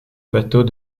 bateaux